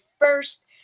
first